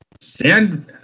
Stand